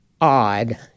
odd